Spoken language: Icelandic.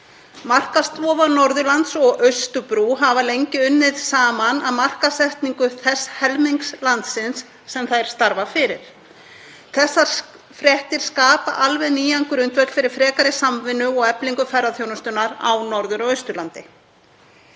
Markaðsstofa Norðurlands og Austurbrú hafa lengi unnið saman að markaðssetningu þess helmings landsins sem þær starfa fyrir. Þessar fréttir skapa alveg nýjan grundvöll fyrir frekari samvinnu og eflingu ferðaþjónustunnar á Norður- og Austurlandi.